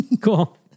Cool